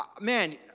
man